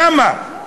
למה?